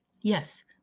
Yes